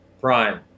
prime